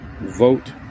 vote